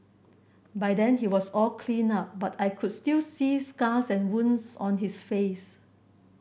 by then he was all cleaned up but I could still see scars and wounds on his face